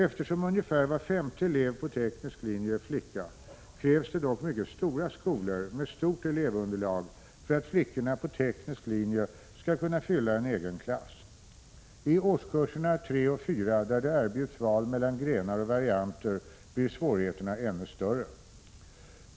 Eftersom ungefär var femte elev på teknisk linje är flicka krävs det dock mycket stora skolor med stort elevunderlag för att flickorna på teknisk linje skall kunna fylla en egen klass. I årskurserna 3 och 4 där det erbjuds val mellan grenar och varianter blir svårigheterna ännu större.